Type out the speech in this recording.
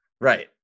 Right